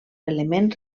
element